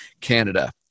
Canada